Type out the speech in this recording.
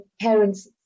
parents